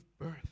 birth